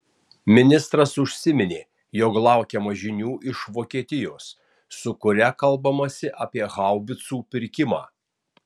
ministras užsiminė jog laukiama žinių iš vokietijos su kuria kalbamasi apie haubicų pirkimą